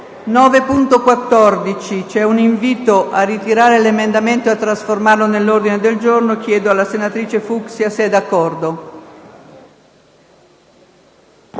9.14 vi e un invito a ritirare l’emendamento e a trasformarlo in un ordine del giorno. Chiedo alla senatrice Fuksia se e` d’accordo.